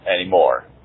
anymore